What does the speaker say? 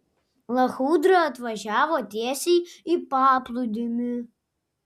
lachudra atvažiavo tiesiai į paplūdimį